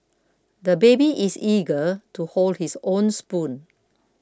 the baby is eager to hold his own spoon